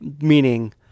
Meaning